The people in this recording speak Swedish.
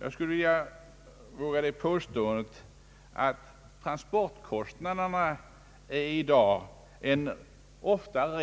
Jag skulle våga det påståendet att transportkostnaderna i dag ofta är av